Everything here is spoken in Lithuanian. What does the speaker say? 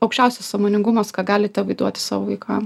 aukščiausias sąmoningumas ką gali tėvai duoti savo vaikam